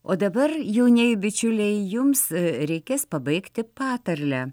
o dabar jaunieji bičiuliai jums reikės pabaigti patarlę